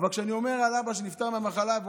אבא נפטר מהמחלה.